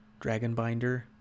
Dragonbinder